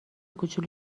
کوچولو